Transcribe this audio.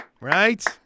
Right